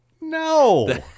No